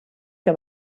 que